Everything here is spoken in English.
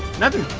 nothing!